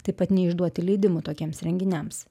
taip pat neišduoti leidimų tokiems renginiams